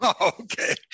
Okay